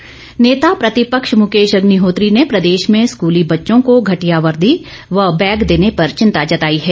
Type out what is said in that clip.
अग्निहोत्री नेता प्रतिपक्ष मुकेश अग्निहोत्री ने प्रदेश में स्कूली बच्चों को घटिया वर्दी व बैग देने पर चिंता जताई है